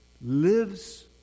lives